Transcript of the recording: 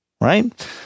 right